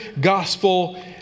gospel